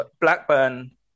Blackburn